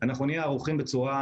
נהיה ערוכים בצורה